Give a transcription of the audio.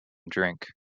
drink